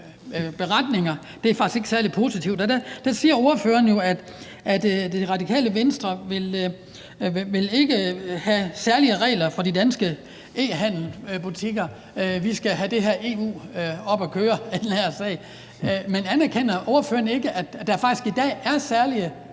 beretninger, og det er faktisk ikke særlig positivt. Der siger ordføreren jo, at Det Radikale Venstre ikke vil have særlige regler for de danske e-handelsbutikker, og at vi skal have det her med EU op at køre i den her sag. Men anerkender ordføreren ikke, at der i dag faktisk er særlige